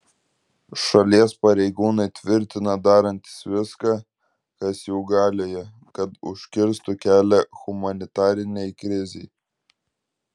šalies pareigūnai tvirtina darantys viską kas jų galioje kad užkirstų kelią humanitarinei krizei